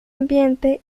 ambiente